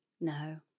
No